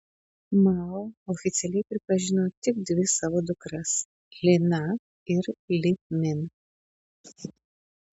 mao oficialiai pripažino tik dvi savo dukras li na ir li min